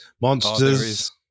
monsters